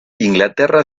inglaterra